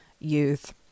youth